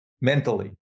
mentally